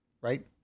right